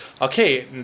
okay